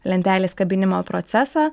lentelės kabinimo procesą